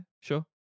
sure